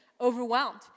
overwhelmed